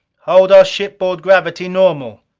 hold our shipboard gravity normal.